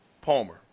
Palmer